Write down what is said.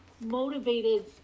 motivated